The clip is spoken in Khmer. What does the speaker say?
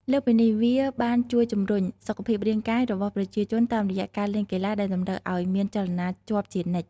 លើសពីនេះ វាបានជួយជំរុញ សុខភាពរាងកាយ របស់ប្រជាជនតាមរយៈការលេងកីឡាដែលតម្រូវឱ្យមានចលនាជាប់ជានិច្ច។